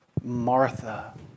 Martha